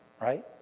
right